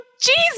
Jesus